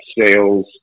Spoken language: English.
sales